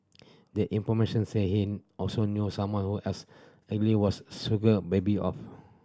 the information say he also knew someone who else allegedly was sugar baby of